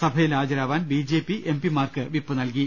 സഭയിൽ ഹാജരാവാൻ B J P M P Mark whip നൽകി